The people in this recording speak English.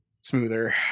smoother